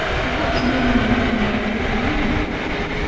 perhaps no one will ever know that we have been here,